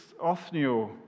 Othniel